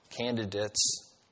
candidates